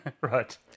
Right